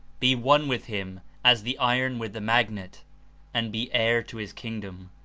be one with him as the iron with the magnet and be heir to his kingdom,